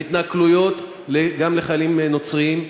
התנכלויות גם לחיילים נוצרים,